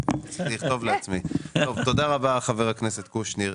תודה רבה חבר הכנסת קושניר.